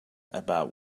about